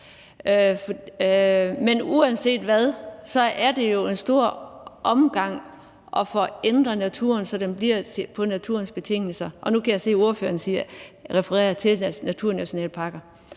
Men uanset hvad er det jo en stor omgang at få ændret naturen, så den bliver på naturens betingelser. Og nu kan jeg se, at ordføreren signalerer, at han refererer til naturnationalparker.